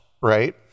right